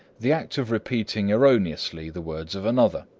the act of repeating erroneously the words of another.